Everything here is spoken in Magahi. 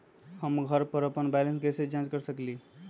हम घर पर अपन बैलेंस कैसे जाँच कर सकेली?